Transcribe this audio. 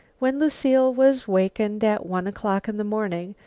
when lucile was wakened at one o'clock in the morning,